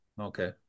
Okay